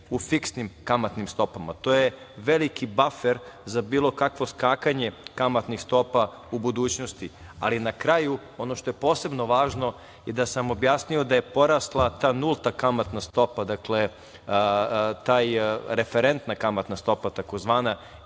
u fiksnim kamatnim stopama. To je veliki bafer za bilo kakvo skakanje kamatnih stopa u budućnosti. Na kraju ono što je posebno važno je da sam objasnio da je porasla ta nulta kamatna stopa, dakle ta referentna kamatna stopa tzv.